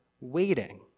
waiting